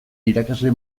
irakasle